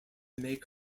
make